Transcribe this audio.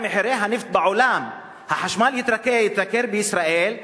מחירי הנפט בעולם החשמל התייקר בישראל,